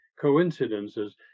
coincidences